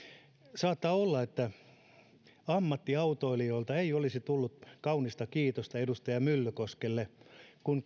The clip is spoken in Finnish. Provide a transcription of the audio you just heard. saattaa olla että ammattiautoilijoilta ei tulisi kaunista kiitosta edustaja myllykoskelle kun